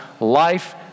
life